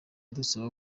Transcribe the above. dusaba